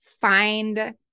find